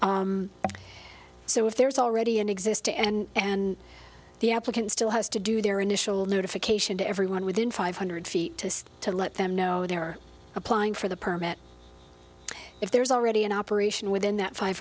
so if there's already an existing end and the applicant still has to do their initial notification to everyone within five hundred feet to let them know they're applying for the permit if there's already an operation within that five